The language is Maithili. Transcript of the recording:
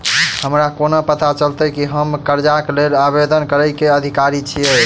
हमरा कोना पता चलतै की हम करजाक लेल आवेदन करै केँ अधिकारी छियै?